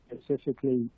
specifically